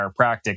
chiropractic